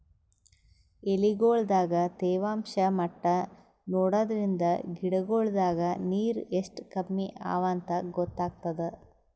ಎಲಿಗೊಳ್ ದಾಗ ತೇವಾಂಷ್ ಮಟ್ಟಾ ನೋಡದ್ರಿನ್ದ ಗಿಡಗೋಳ್ ದಾಗ ನೀರ್ ಎಷ್ಟ್ ಕಮ್ಮಿ ಅವಾಂತ್ ಗೊತ್ತಾಗ್ತದ